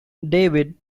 david